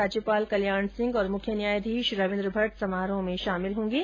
राज्यपाल कल्याण सिंह और मुख्य न्यायाधीश रविन्द्र भट्ट समारोह में शामिल होंगे